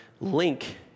link